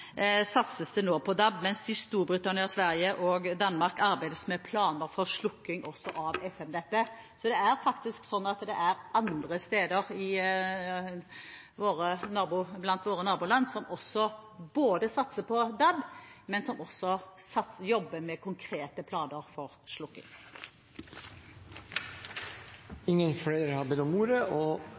satses det nå på DAB, mens det i Storbritannia, Sverige og Danmark også arbeides med planer for slukking av FM-nettet. Så det er faktisk sånn at det er andre, bl.a. våre naboland, som satser på DAB, og som også jobber med konkrete planer for slukking. Flere har ikke bedt om ordet til sak nr. 5. Etter ønske fra helse- og